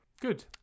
good